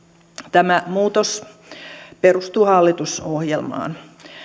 tämä muutos perustuu hallitusohjelmaan